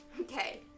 Okay